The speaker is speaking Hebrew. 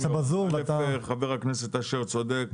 אל"ף, חבר הכנסת אשר צודק.